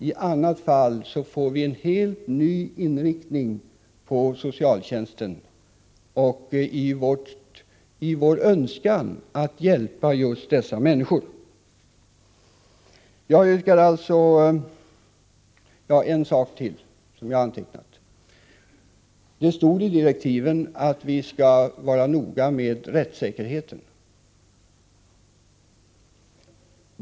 I annat fall får vi en helt ny inriktning på socialtjänsten och av vår önskan att hjälpa just dessa människor. Låt mig nämna ytterligare en sak som jag antecknat. Det stod i direktiven att vi skulle vara noga med rättssäkerheten.